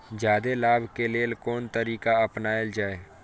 जादे लाभ के लेल कोन तरीका अपनायल जाय?